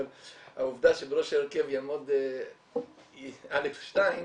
אבל העובדה שבראש ההרכב יעמוד אלכס שטיין,